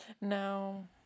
No